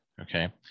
Okay